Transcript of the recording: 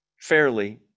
fairly